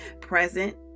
Present